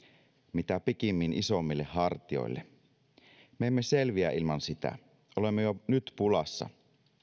mitä pikimmin isommille hartioille me emme selviä ilman sitä olemme jo nyt pulassa